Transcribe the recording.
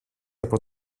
από